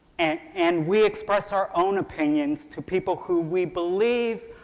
and we express our own opinions to people who we believe,